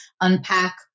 unpack